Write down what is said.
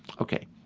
okay,